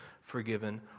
forgiven